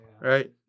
right